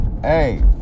hey